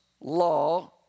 law